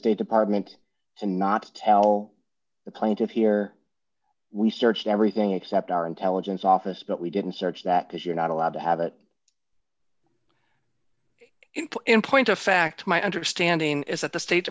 state department and not to tell the plaintiffs here we searched everything except our intelligence office but we didn't search that because you're not allowed to have it in point of fact my understanding is that the state